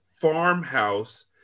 farmhouse